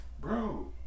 Bro